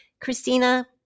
Christina